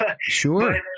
Sure